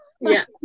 yes